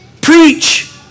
preach